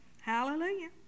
hallelujah